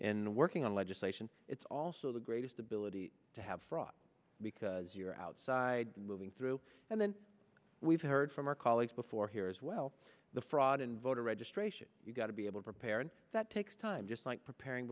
in working on legislation it's also the greatest ability to have fraud because you're outside moving through and then we've heard from our colleagues before here as well the fraud and voter registration we've got to be able to repair and that takes time just like preparing